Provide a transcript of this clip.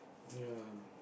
ya